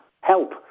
help